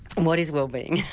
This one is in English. and what is wellbeing?